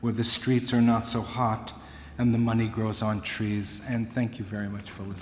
with the streets are not so hot and the money grows on trees and thank you very much f